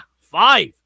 five